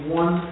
one